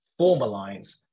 formalize